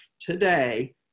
today